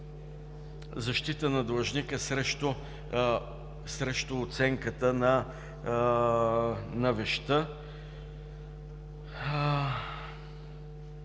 „защита на длъжника срещу оценката на вещта“